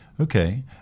Okay